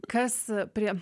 kas prie